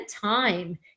time